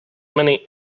many